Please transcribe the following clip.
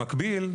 במקביל,